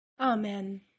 Amen